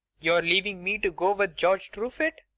you are leaving me to go with george truefit?